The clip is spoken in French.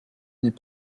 n’est